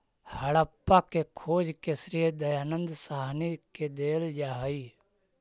हड़प्पा के खोज के श्रेय दयानन्द साहनी के देल जा हई